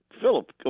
Philip